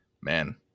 Man